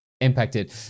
impacted